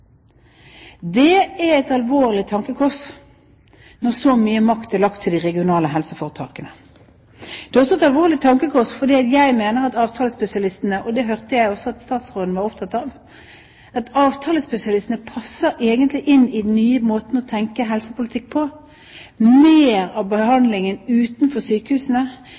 Det er et alvorlig tankekors når så mye makt er lagt til de regionale helseforetakene. Jeg mener at avtalespesialistene, som jeg hørte at også statsråden var opptatt av, egentlig passer inn i den nye måten å tenke helsepolitikk på: mer behandling utenfor sykehusene,